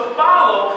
follow